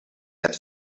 had